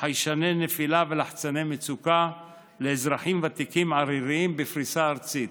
חיישני נפילה ולחצני מצוקה לאזרחים ותיקים עריריים בפריסה ארצית.